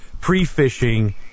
pre-fishing